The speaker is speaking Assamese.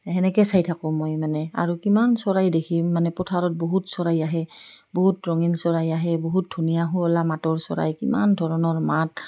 তেনেকৈ চাই থাকোঁ মই মানে আৰু কিমান চৰাই দেখিম মানে পথাৰত বহুত চৰাই আহে বহুত ৰঙীণ চৰাই আহে বহুত ধুনীয়া শুৱলা মাতৰ চৰাই কিমান ধৰণৰ মাত